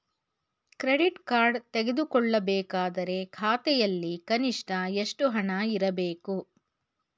Credit card ತೆಗೆದುಕೊಳ್ಳಬೇಕಾದರೆ ಖಾತೆಯಲ್ಲಿ ಕನಿಷ್ಠ ಎಷ್ಟು ಹಣ ಇರಬೇಕು?